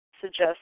suggest